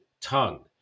tongue